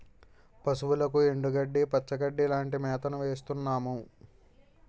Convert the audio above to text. పశువులకు ఎండుగడ్డి, పచ్చిగడ్డీ లాంటి మేతను వేస్తున్నాము